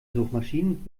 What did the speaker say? suchmaschinen